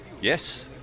Yes